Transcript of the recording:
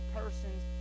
persons